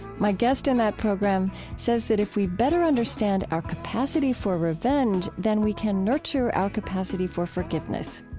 my guest in that program says that if we better understand our capacity for revenge then we can nurture our capacity for forgiveness.